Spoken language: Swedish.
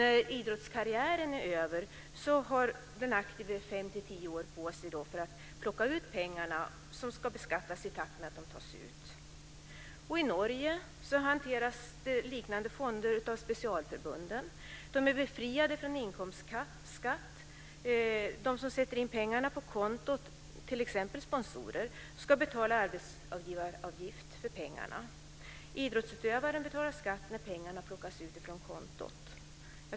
När idrottskarriären är över har den aktive 5-10 år på sig att plocka ut pengarna, som ska beskattas i takt med att de tas ut. I Norge hanteras liknande fonder av specialförbunden. De är befriade från inkomstskatt. De som sätter in pengar på kontot, t.ex. sponsorer, ska betala arbetsgivaravgift för pengarna. Idrottsutövaren betalar skatt när pengarna plockas ut från kontot.